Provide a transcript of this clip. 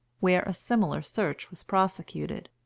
where a similar search was prosecuted.